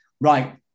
right